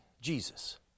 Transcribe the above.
Jesus